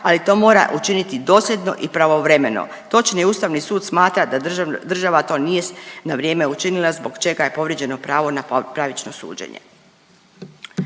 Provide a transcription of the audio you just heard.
ali to mora učiniti dosljedno i pravovremeno. Točnije Ustavni sud smatra da država to nije na vrijeme učinila zbog čega je povrijeđeno pravo na pravično suđenje.